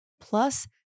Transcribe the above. Plus